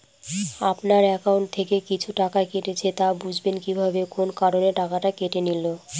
আপনার একাউন্ট থেকে কিছু টাকা কেটেছে তো বুঝবেন কিভাবে কোন কারণে টাকাটা কেটে নিল?